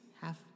half